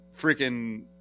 freaking